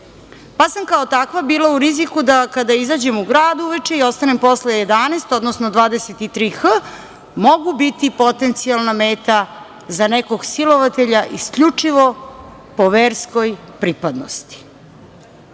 pa sam kao takva bila u riziku da kada izađem u grad uveče i ostanem posle 23,00 časova mogu biti potencijalna meta za nekog silovatelja isključivo po verskoj pripadnosti. Mnogo